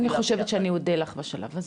אני חושבת שאני אודה לך בשלב הזה,